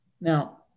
Now